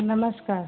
नमस्कार